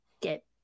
get